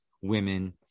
women